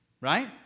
right